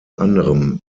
anderem